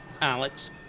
Alex